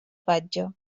patge